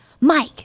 Mike